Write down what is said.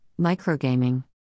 Microgaming